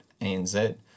ANZ